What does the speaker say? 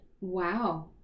Wow